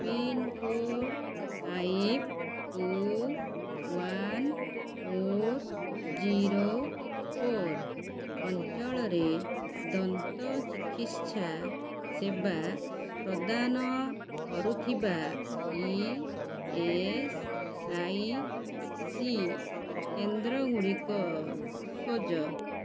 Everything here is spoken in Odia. pin code five two one four zero four ଅଞ୍ଚଳରେ ଦନ୍ତ ଚିକିତ୍ସା ସେବା ପ୍ରଦାନ କରୁଥିବା ଇ ଏସ୍ ଆଇ ସି କେନ୍ଦ୍ର ଗୁଡ଼ିକ ଖୋଜ